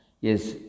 Yes